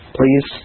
please